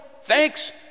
Thanks